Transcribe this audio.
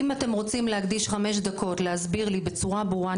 אם אתם רוצים להקדיש חמש דקות להסביר לי בצורה ברורה,